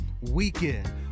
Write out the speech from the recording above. weekend